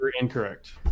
Incorrect